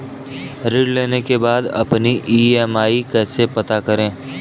ऋण लेने के बाद अपनी ई.एम.आई कैसे पता करें?